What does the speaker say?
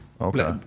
okay